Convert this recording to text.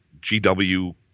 GW